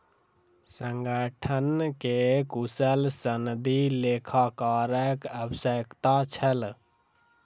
संगठन के कुशल सनदी लेखाकारक आवश्यकता छल